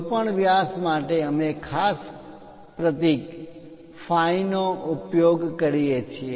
કોઈપણ વ્યાસ માટે અમે ખાસ પ્રતીક phi નો ઉપયોગ કરીએ છીએ